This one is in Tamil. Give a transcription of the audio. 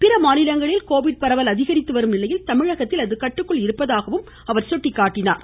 பிற மாநிலங்களில் கோவிட் பரவல் அதிகரித்து வரும் நிலையில் தமிழகத்தில் அது கட்டுக்குள் இருப்பதாக சுட்டிக்காட்டினார்